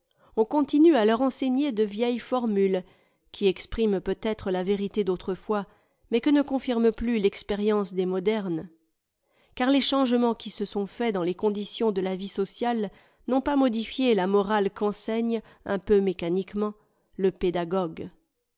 on continue à leur enseigner de vieilles formules qui expriment peut-être la vérité d'autrefois mais que ne confirme plus l'expérience des modernes car les changements qui se sont faits dans les conditions de la vie sociale n'ont pas modifié la morale qu'enseigne un peu mécaniquement le pédagogue